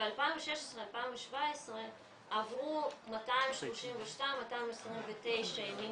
ב-2016 וב-2017 עברו 232 ו-229 ימים